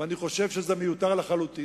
ואני חושב שזה מיותר לחלוטין.